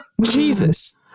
Jesus